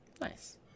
Nice